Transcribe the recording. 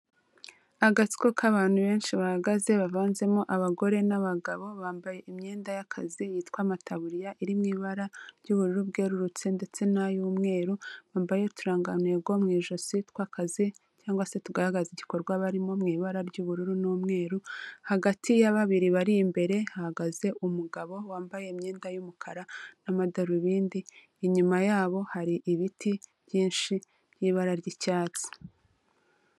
Agatsiko k'abantu benshi bahagaze bavanzemo abagore n'abagabo, bambaye imyenda y'akazi yitwa amataburiya iri mu ibara ry'ubururu bwerurutse ndetse n'ay'umweru, bambaye uturangantego mu ijosi tw'akazi cyangwa se tugaragaza igikorwa barimo mu ibara ry'ubururu n'umweru, hagati ya babiri bari imbere hahagaze umugabo wambaye imyenda y'umukara n'amadarubindi, inyuma yabo hari ibiti byinshi by'ibara ry'icyatsi.